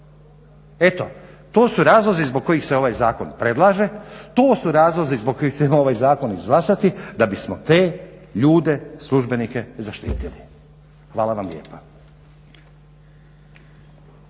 Eto, to su razlozi zbog kojih se ovaj zakon predlaže, to su razlozi zbog kojih ćemo ovaj zakon izglasati da bismo te ljude službenike zaštitili. Hvala vam lijepa.